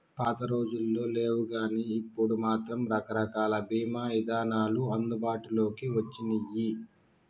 పాతరోజుల్లో లేవుగానీ ఇప్పుడు మాత్రం రకరకాల బీమా ఇదానాలు అందుబాటులోకి వచ్చినియ్యి